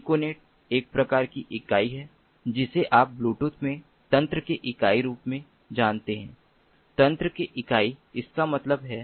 piconet एक प्रकार की इकाई है जिसे आप ब्लूटूथ में तंत्र के इकाई रूप मे जानते हैं तंत्र के इकाई इसका क्या मतलब है